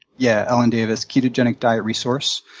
yeah, ellen davis, ketogenic diet resource,